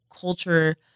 culture